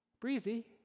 Breezy